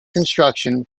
construction